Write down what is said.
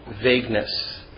vagueness